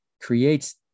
creates